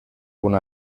una